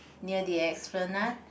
near the Esplanade